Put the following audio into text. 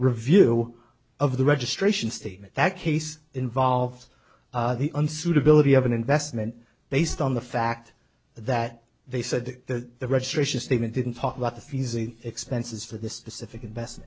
review of the registration statement that case involved the unsuitability of an investment based on the fact that they said that the registration statement didn't talk about the fees and expenses for this specific invest